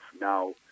Now